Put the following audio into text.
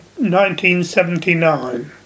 1979